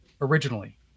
originally